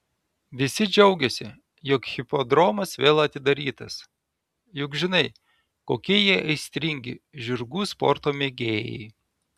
visi džiaugiasi jog hipodromas vėl atidarytas juk žinai kokie jie aistringi žirgų sporto mėgėjai